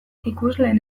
ikusleen